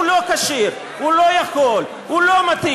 הוא לא כשיר, הוא לא יכול, הוא לא מתאים,